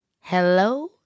Hello